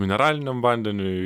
mineraliniam vandeniui